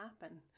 happen